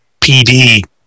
PD